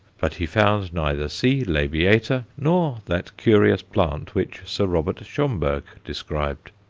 but he found neither c. labiata nor that curious plant which sir robert schomburgk described.